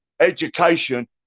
education